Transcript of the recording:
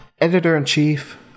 editor-in-chief